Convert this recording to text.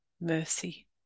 mercy